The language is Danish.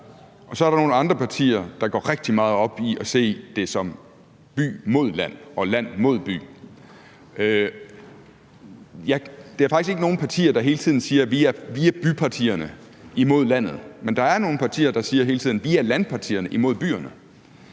og så er der nogle andre partier, der går rigtig meget op i at se det som by mod land og land mod by. Der er faktisk ikke nogen partier, der hele tiden siger, at de er bypartierne mod landpartierne, men der er nogle partier, der hele tiden siger, at de er landpartierne mod bypartierne.